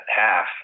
half